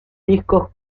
discos